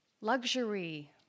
luxury